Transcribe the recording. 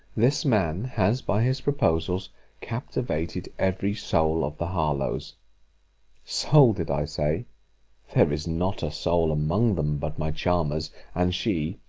this man has by his proposals captivated every soul of the harlowes soul! did i say there is not a soul among them but my charmer's and she,